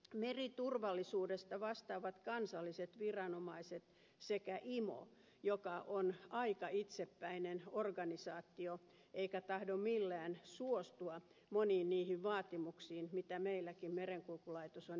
meriturvallisuudesta vastaavat kansalliset viranomaiset sekä imo joka on aika itsepäinen organisaatio eikä tahdo millään suostua moniin niihin vaatimuksiin mitä meilläkin merenkulkulaitos on esittänyt